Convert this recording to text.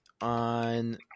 on